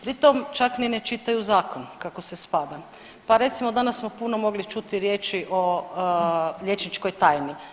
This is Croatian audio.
Pritom čak ni ne čitaju zakon kako se spada, pa recimo danas smo puno mogli čuti riječi o liječničkoj tajni.